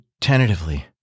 tentatively